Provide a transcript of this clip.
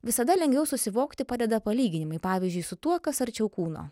visada lengviau susivokti padeda palyginimai pavyzdžiui su tuo kas arčiau kūno